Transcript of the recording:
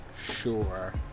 Sure